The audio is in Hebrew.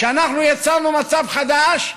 כשאנחנו יצרנו מצב חדש,